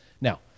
Now